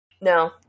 No